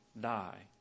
die